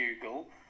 Google